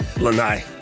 Lanai